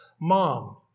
mom